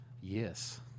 yes